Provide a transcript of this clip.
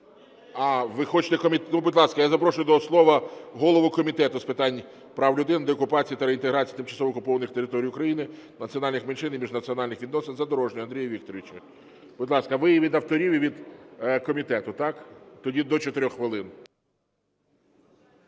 А, ви хочете... Будь ласка. Я запрошую до слова голову Комітету з питань прав людини, деокупації та реінтеграції тимчасово окупованих територій України, національних меншин і міжнаціональних відносин Задорожного Андрія Вікторовича. Будь ласка. Ви і від авторів, і від комітету, так? Тоді до 4 хвилин.